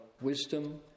wisdom